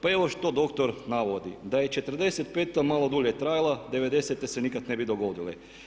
Pa evo što doktor navodi: „ da je 45. malo dulje trajala 90.-e se nikad ne bi dogodile.